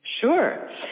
Sure